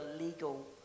legal